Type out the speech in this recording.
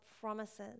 promises